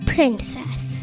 Princess